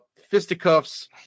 fisticuffs